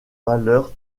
valeur